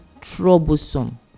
troublesome